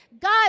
God